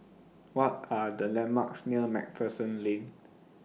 What Are The landmarks near MacPherson Lane